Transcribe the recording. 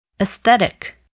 Aesthetic